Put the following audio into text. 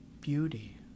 beauty